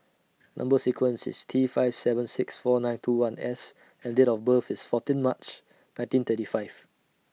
Number sequence IS T five seven six four nine two one S and Date of birth IS fourteen March nineteen thirty five